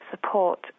support